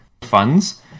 funds